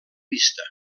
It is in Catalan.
vista